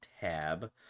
tab